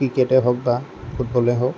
ক্ৰিকেটেই হওক বা ফুটবলেই হওক